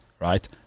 Right